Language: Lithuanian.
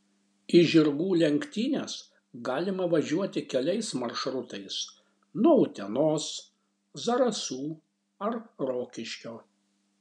į žirgų lenktynes galima važiuoti keliais maršrutais nuo utenos zarasų ar rokiškio